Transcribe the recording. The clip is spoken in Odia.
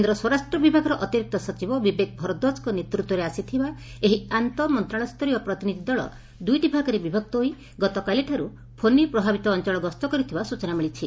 କେନ୍ଦ୍ର ସ୍ୱରାଷ୍ଟ ବିଭାଗର ଅତିରିକ୍ତ ସଚିବ ବିବେକ ଭରଦ୍ୱାଜଙ୍କ ନେତୂତ୍ୱରେ ଆସିଥିବା ଏହି ଆନ୍ତଃମନ୍ତଣାଳୟସ୍ତରୀୟ ପ୍ରତିନିଧି ଦଳ ଦୂଇଟି ଭାଗରେ ବିଭକ୍ତ ହୋଇ ଗତକାଲିଠାରୁ ଫୋନି ପ୍ରଭାବିତ ଅଞ୍ଚଳ ଗସ୍ତ କରିଥିବା ସୂଚନା ମିଳିଛି